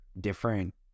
different